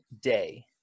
day